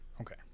Okay